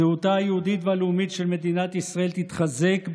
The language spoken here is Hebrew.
זהותה היהודית והלאומית של מדינת ישראל תתחזק,